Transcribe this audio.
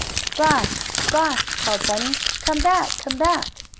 splash! splash! called bunny. come back! come back!